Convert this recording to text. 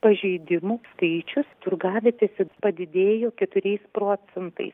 pažeidimų skaičius turgavietėse padidėjo keturiais procentai